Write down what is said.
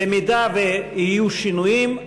במידה שיהיו שינויים,